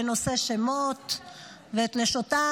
בנושא שמות ונשותיו,